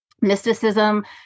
mysticism